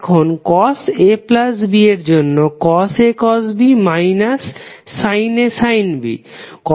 এখন cos AB এর জন্য A cosB sinA sin B